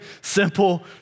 simple